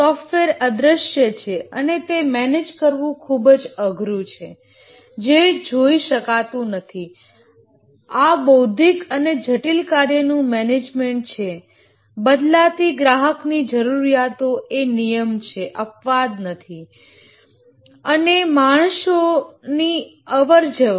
software અદ્રશ્ય છે અને તે મેનેજ કરવું ખુબ જ અઘરુ છે જે જોઈ શકાતું નથી આ બૌદ્ધિક અને જટિલ કાર્યનું મેનેજમેન્ટ છે બદલાતી ગ્રાહકની જરૂરીયાતો એ નિયમ છે અપવાદ નહીં અને માણસોની અવર જવર